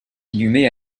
inhumées